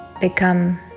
become